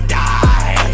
die